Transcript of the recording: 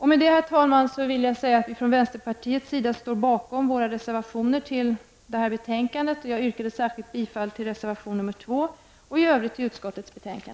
Med det, herr talman, hänvisar jag till vänsterpartiets reservationer och yrkar bifall särskilt till reservation 2 samt i övrigt till utskottets hemställan.